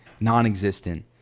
non-existent